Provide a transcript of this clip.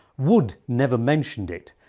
wood never mentioned it,